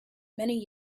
many